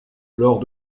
lors